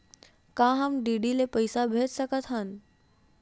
का हम डी.डी ले पईसा भेज सकत हन?